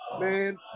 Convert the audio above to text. man